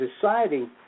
deciding